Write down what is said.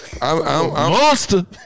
monster